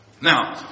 Now